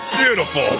beautiful